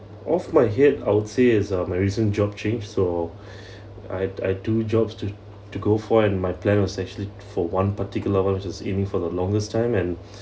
off my head I would say is my recent job change so I'd I do jobs to to go for and my plan was actually for one particular [one] just aiming for the longest time and